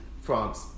France